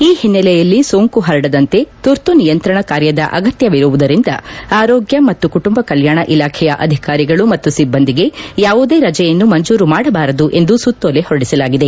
ಈ ಹಿನ್ನೆಲೆಯಲ್ಲಿ ಸೋಂಕು ಪರಡದಂತೆ ತುರ್ತು ನಿಯಂತ್ರಣ ಕಾರ್ಯದ ಅಗತ್ಯವಿರುವುದರಿಂದ ಆರೋಗ್ಯ ಮತ್ತು ಕುಟುಂಬ ಕಲ್ಯಾಣ ಇಲಾಖೆಯ ಅಧಿಕಾರಿಗಳು ಮತ್ತು ಸಿಬ್ಬಂದಿಗೆ ಯಾವುದೇ ರಜೆಯನ್ನು ಮಂಜೂರು ಮಾಡಬಾರದು ಎಂದು ಸುತ್ತೋಲೆ ಹೊರಡಿಸಲಾಗಿದೆ